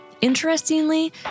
Interestingly